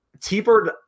t-bird